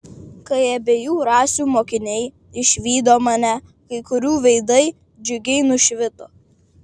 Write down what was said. kai abiejų rasių mokiniai išvydo mane kai kurių veidai džiugiai nušvito